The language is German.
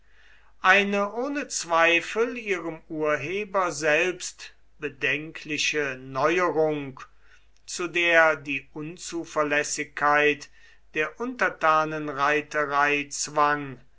eine ohne zweifel ihrem urheber selbst bedenkliche neuerung zu der die unzuverlässigkeit der untertanenreiterei zwang